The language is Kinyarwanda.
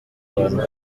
abantu